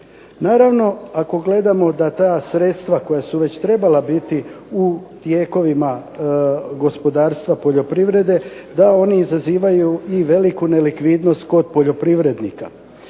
Naravno, ako gledamo da ta sredstva koja su već trebala biti u tijekovima gospodarstva poljoprivrede da oni izazivaju i veliku nelikvidnost kod poljoprivrednika.